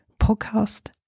podcast